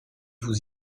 vous